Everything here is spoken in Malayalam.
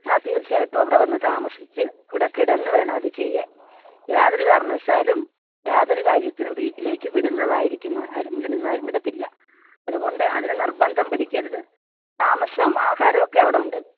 ആ തീർച്ചയായിട്ടും അവിടെ വന്ന് താമസിച്ച് അവിടെ കിടന്ന് വേണം അത് ചെയ്യാൻ യാതൊരു കാരണവശാലും യാതൊരു കാര്യത്തിനും വീട്ടിലേക്ക് വിടുന്നതായിരിക്കുന്ന വിടുന്നതായി വിടത്തില്ല അതുകൊണ്ട് അതിന് നിർബന്ധം പിടിക്കരുത് താമസം ആഹാരം ഒക്കെ അവിടുണ്ട്